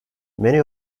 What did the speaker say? many